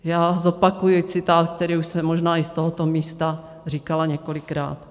Já zopakuji citát, který už jsem možná i z tohoto místa říkala několikrát.